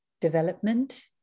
development